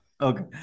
Okay